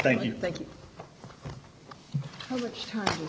thank you thank you so much time